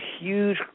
huge